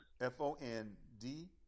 F-O-N-D